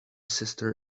sister